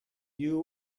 you